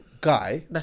guy